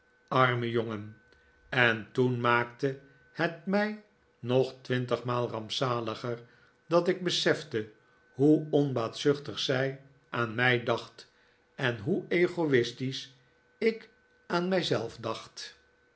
arme jongen en toen maakte net mij nog twintigmaal rampzaliger dat ik besefte hoe onbaatzuchtig zij aan mij dacht en hoe egoi'stisch ik aan mij zelf dacht